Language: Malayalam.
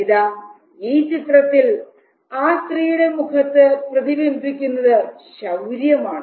ഇതാ ഈ ചിത്രത്തിൽ ആ സ്ത്രീയുടെ മുഖത്ത് പ്രതിബിംബിക്കുന്നത് ശൌര്യമാണ്